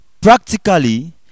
Practically